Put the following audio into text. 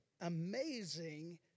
amazing